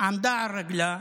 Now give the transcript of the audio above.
עמדה על רגליה.